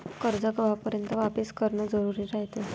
कर्ज कवापर्यंत वापिस करन जरुरी रायते?